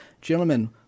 gentlemen